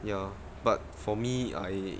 ya but for me I